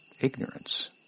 ignorance